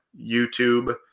YouTube